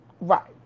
right